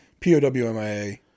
POWMIA